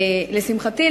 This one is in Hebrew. לשמחתי,